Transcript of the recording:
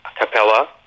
Capella